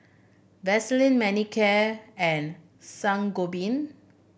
Vaselin Manicare and Sangobion